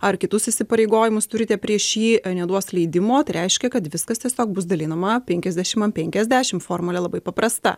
ar kitus įsipareigojimus turite prieš jį neduos leidimo tai reiškia kad viskas tiesiog bus dalinama penkiasdešimt ant penkiasdešimt formulė labai paprasta